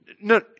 no